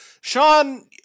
Sean